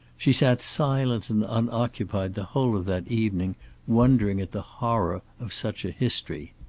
she sat silent and unoccupied the whole of that evening wondering at the horror of such a history.